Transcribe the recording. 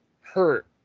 hurt